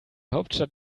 hauptstadt